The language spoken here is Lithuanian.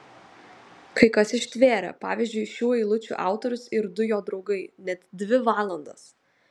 kai kas ištvėrė pavyzdžiui šių eilučių autorius ir du jo draugai net dvi valandas